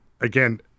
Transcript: again